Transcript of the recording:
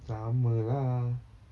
sama lah